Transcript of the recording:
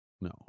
No